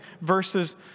verses